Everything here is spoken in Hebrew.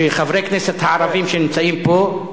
שחברי כנסת הערבים שנמצאים פה,